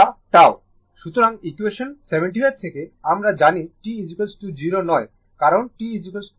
সুতরাং ইকুয়েশন 75 থেকে আমরা জানি t 0 নয় কারণ t t 0 যেটা 4 সেকেন্ড